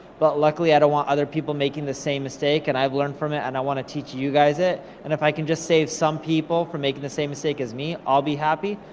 but luckily i don't want other people making the same mistake, and i've learned from it, and i wanna teach you guys it, and if i can just save some people from making the same mistake as me, i'll be happy.